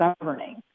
governing